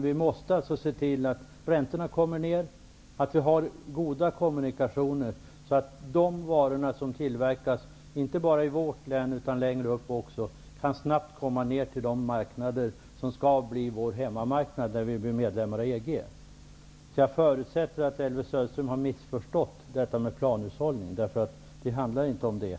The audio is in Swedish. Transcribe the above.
Vi måste emellertid se till att räntorna sänks och att det finns goda kommunikationer, så att de varor som tillverkas -- inte bara i vårt län, utan även längre norr över -- snabbt kan komma ned till den marknad som skall bli vår hemmamarknad när vi blir medlemmar i EG. Jag förutsätter att Elvy Söderström har missförstått detta med planhushållning. Det handlar inte om det.